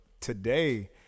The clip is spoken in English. today